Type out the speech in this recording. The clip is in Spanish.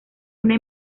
una